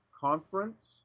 Conference